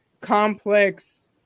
complex